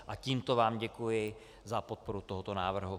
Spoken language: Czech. A tímto vám děkuji za podporu tohoto návrhu.